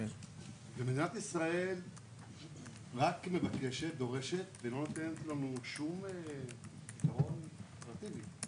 מדינת ישראל רק דורשת ולא נותנת לנו שום פתרון אופרטיבי,